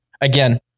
again